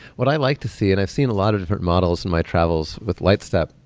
what i like to see and i've seen a lot of different models in my travels with lightstep,